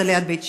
זה ליד בית שאן.